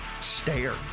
stare